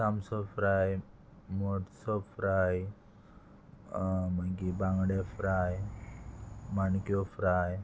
तामसो फ्राय मोडसो फ्राय मागी बांगडे फ्राय माणक्यो फ्राय